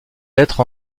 lettres